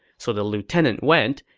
so the lieutenant went,